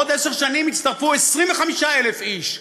בעוד עשר שנים יצטרפו 25,000 איש.